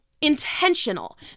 intentional